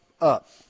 up